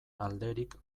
alderik